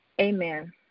Amen